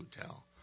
Hotel